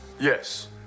Yes